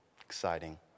Exciting